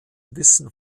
wissen